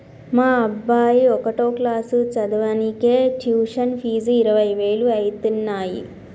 మా అబ్బాయి ఒకటో క్లాసు చదవనీకే ట్యుషన్ ఫీజు ఇరవై వేలు అయితన్నయ్యి